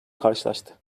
karşılaştı